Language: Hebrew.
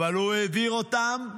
אבל הוא העביר אותם,